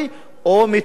מתוך דאגה לציבור הערבי,